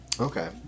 Okay